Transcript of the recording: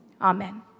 Amen